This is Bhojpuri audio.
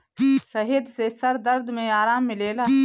शहद से सर दर्द में आराम मिलेला